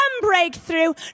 breakthrough